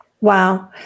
Wow